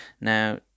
Now